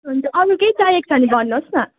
हुन्छ अरू केही चाहिएको छ भने भन्नुहोस् न